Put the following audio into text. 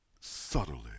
subtly